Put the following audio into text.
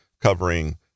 covering